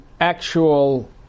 actual